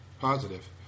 Positive